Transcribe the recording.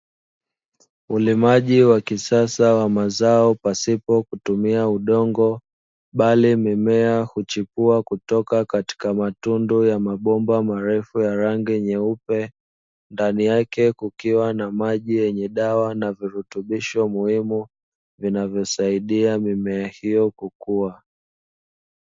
Ulimaji wa kisasa wa mazao pasipo kutumia udongo bali mimea huchipua kutoka matundu ya mabomba marefu ya rangi nyeupe, ndani yake kukiwa na maji yenye dawa na virutubisho muhimu vinavyosaidia mimea hiyo kukua.